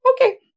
Okay